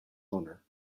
honour